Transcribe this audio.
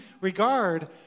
regard